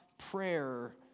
prayer